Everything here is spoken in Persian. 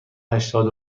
هشتاد